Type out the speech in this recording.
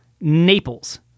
Naples